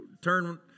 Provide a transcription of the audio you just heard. turn